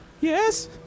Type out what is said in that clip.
Yes